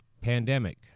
pandemic